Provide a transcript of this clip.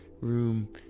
room